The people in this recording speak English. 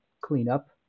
cleanup